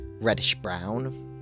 reddish-brown